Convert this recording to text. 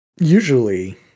usually